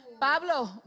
Pablo